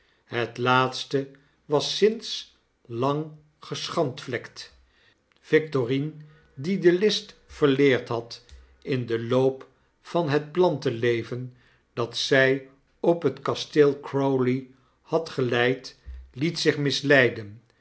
het laatste was sinds lang geschandvlekt victorine die delistverieerd bad in den loop van het plantenleven dat zy op het kasteel crowley had geleid liet zich misleiden